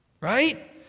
Right